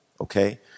okay